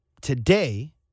today